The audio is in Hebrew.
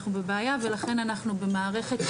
אנחנו בבעיה ולכן אנחנו במערכת,